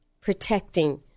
protecting